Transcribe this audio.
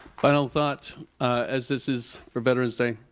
final thoughts as this is for veterans day,